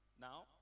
Now